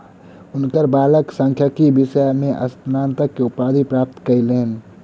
हुनकर बालक सांख्यिकी विषय में स्नातक के उपाधि प्राप्त कयलैन